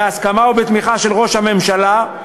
בהסכמה ובתמיכה של ראש הממשלה,